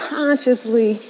consciously